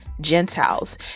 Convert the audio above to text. gentiles